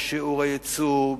בשיעור הייצור,